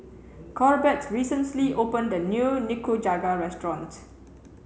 Corbett recently opened a new Nikujaga restaurant